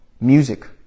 music